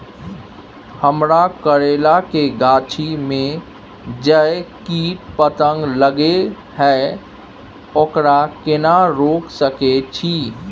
हमरा करैला के गाछी में जै कीट पतंग लगे हैं ओकरा केना रोक सके छी?